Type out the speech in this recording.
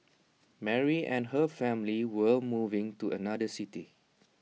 Mary and her family were moving to another city